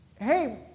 Hey